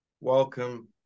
Welcome